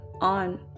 on